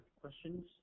questions